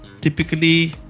typically